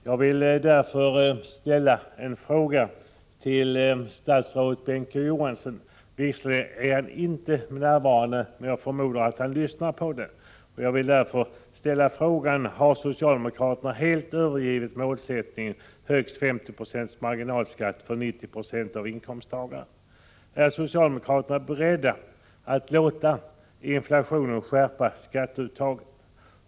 Jag vill därför ställa en fråga till statsrådet Bengt K. Å. Johansson — han är visserligen inte närvarande men jag förmodar att han lyssnar på debatten: Har socialdemokraterna helt övergivit målsättningen om högst 50 96 marginalskatt för 90 96 av inkomsttagarna? Är ni socialdemokrater beredda att låta inflationen skärpa skatteuttaget?